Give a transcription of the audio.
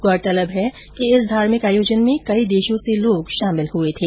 गौरतलब है कि इस धार्मिक आयोजन में कई देशों से लोगा शामिल हुए थे